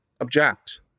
object